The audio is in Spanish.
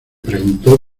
preguntó